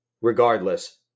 regardless